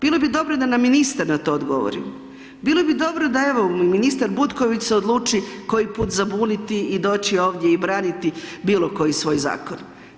Bilo bi dobro da nam ministar na to odgovori, bilo bi dobro da evo ministar Butković se odluči koji put zabuniti i doći ovdje i braniti bilokoji svoj zakon.